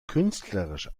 künstlerisch